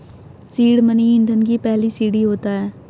seed money ईंधन की पहली सीढ़ी होता है